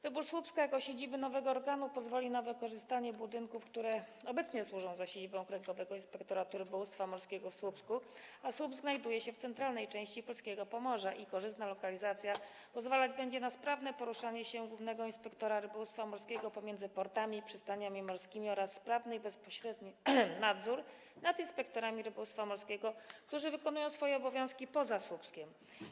Wybór Słupska jako siedziby nowego organu pozwoli na wykorzystanie budynków, które obecnie służą za siedzibę okręgowego inspektoratu rybołówstwa morskiego w Słupsku, a Słupsk znajduje się w centralnej części polskiego Pomorza i korzystna lokalizacja pozwalać będzie na sprawne poruszanie się głównego inspektora rybołówstwa morskiego pomiędzy portami i przystaniami morskimi oraz sprawny i bezpośredni nadzór nad inspektorami rybołówstwa morskiego, którzy wykonują swoje obowiązki poza Słupskiem.